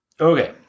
Okay